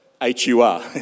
H-U-R